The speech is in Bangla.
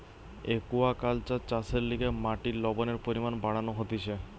একুয়াকালচার চাষের লিগে মাটির লবণের পরিমান বাড়ানো হতিছে